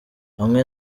hamwe